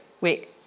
wait